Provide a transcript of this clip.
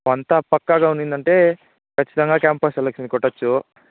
అంతా పక్కాగా ఉంది అంటే ఖచ్చితంగా క్యాంపస్ సెలక్షన్ కొట్టచ్చు